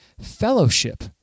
fellowship